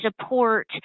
support